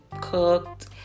cooked